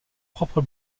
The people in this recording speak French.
propre